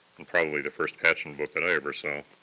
probably the first patchen book that i ever saw,